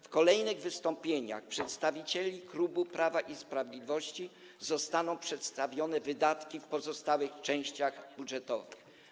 W kolejnych wystąpieniach przedstawicieli klubu Prawa i Sprawiedliwości zostaną przedstawione wydatki w pozostałych częściach budżetowych.